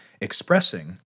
expressing